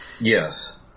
Yes